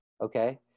Okay